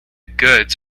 goods